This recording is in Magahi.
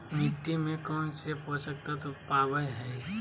मिट्टी में कौन से पोषक तत्व पावय हैय?